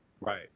Right